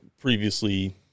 previously